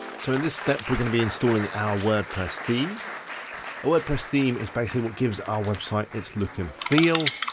so in this step, we're going to be installing our wordpress theme. a wordpress theme is basically what gives our website its look and feel.